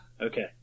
Okay